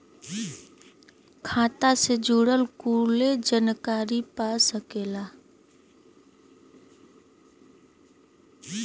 खाता से जुड़ल कुल जानकारी पा सकेला